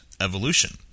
evolution